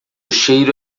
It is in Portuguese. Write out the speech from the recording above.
cheiro